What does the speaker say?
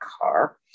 car